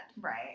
Right